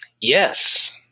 Yes